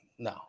No